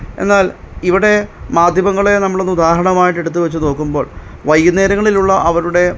എന്നാല് ഇവിടെ മധ്യമങ്ങളെ നമ്മളൊന്ന് ഉദാഹരണമായിട്ടെടുത്തു വെച്ച് നോക്കുമ്പോള് വൈകുന്നേരങ്ങളിലുള്ള അവരുടെ